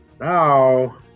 Now